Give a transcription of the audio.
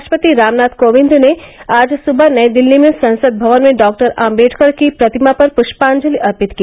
राष्ट्रपति राम नाथ कोविंद ने आज सुबह नई दिल्ली में संसद भवन में डॉक्टर आंबेडकर की प्रतिमा पर पुष्पाजलि अर्पित की